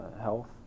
health